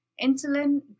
insulin